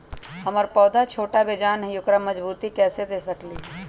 हमर पौधा छोटा बेजान हई उकरा मजबूती कैसे दे सकली ह?